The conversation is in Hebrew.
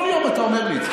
כל יום אתה אומר לי את זה.